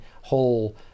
whole